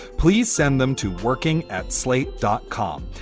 please send them to working at slate dot com.